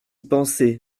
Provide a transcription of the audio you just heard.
penser